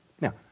Now